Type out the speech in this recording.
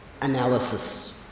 analysis